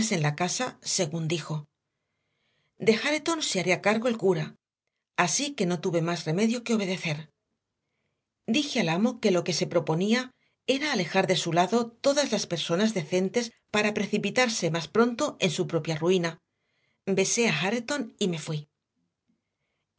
en la casa según dijo de hareton se haría cargo el cura así que no tuve más remedio que obedecer dije al amo que lo que se proponía era alejar de su lado todas las personas decentes para precipitarse más pronto en su propia ruina besé a hareton y me fui